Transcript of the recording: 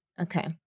okay